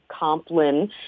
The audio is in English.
complin